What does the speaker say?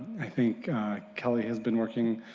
i think kelly has been working